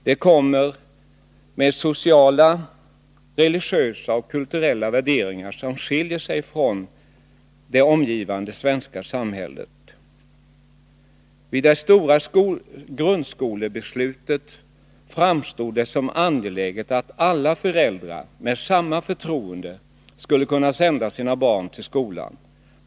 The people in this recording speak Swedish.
De kommer med sociala, religiösa och kulturella värderingar som skiljer sig från det omgivande svenska samhällets. Vid det stora grundskolebeslutet framstod det som angeläget att alla föräldrar med samma förtroende skulle kunna sända sina barn till skolan.